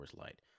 Light